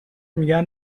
میگن